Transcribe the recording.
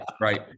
right